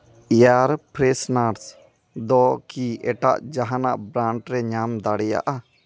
air fresheners ᱫᱚ ᱠᱤ ᱮᱴᱟᱜ ᱡᱟᱦᱟᱱᱟᱜ ᱵᱨᱟᱱᱰ ᱨᱮ ᱧᱟᱢ ᱫᱟᱲᱮᱭᱟᱜᱼᱟ